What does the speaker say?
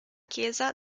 chiesa